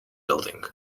building